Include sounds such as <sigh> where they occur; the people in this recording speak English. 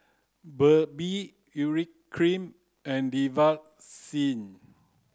Burt Bee Urea cream and <unintelligible>